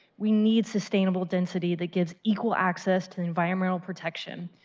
we need sustainable density that gives equal access to environmental protection.